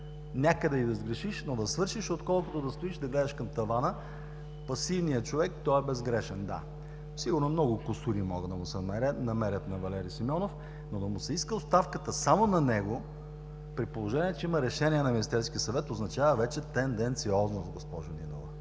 някъде и да сгрешиш, но да свършиш, отколкото да стоиш, да гледаш към тавана. Пасивният човек, той е безгрешен, да. Сигурно много кусури могат да му се намерят на Валери Симеонов, но да му се иска оставката само на него, при положение че има Решение на Министерския съвет, означава вече тен-ден-циоз-ност, госпожо Нинова.